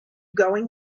going